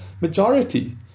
majority